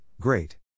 great